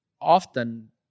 often